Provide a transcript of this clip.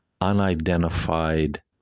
unidentified